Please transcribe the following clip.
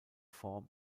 form